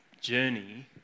journey